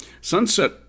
Sunset